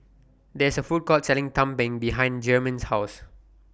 There IS A Food Court Selling Tumpeng behind Germaine's House